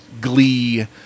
glee